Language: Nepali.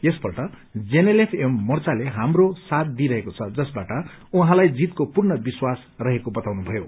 यसपल्ट जीएनएलए एवं मोर्चाले हाम्रो साथ दिईरहेको छजसबाट जाहाँलाई जीतको पूर्ण विश्वास रहेको बताउनुभयो